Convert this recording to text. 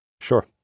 Sure